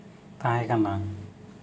ᱛᱟᱦᱮᱸ ᱠᱟᱱᱟ